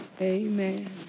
amen